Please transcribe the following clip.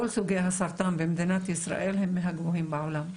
כל סוגי הסרטן במדינת ישראל הם מהגבוהים בעולם.